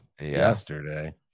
yesterday